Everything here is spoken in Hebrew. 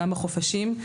גם בחופשים,